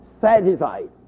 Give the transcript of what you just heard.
satisfied